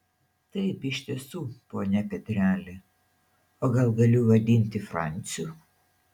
taip iš tiesų pone petreli o gal galiu vadinti franciu